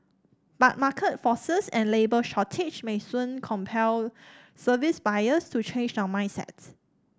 but market forces and labour shortage may soon compel service buyers to change their mindsets